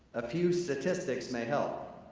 a few statistics may help.